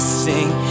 sing